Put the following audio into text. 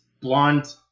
blonde